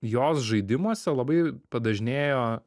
jos žaidimuose labai padažnėjo